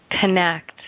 connect